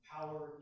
Power